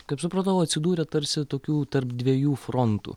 kaip supratau atsidūrė tarsi tokių tarp dviejų frontų